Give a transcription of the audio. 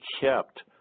kept